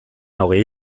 hogei